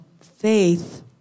faith